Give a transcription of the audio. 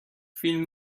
فیلم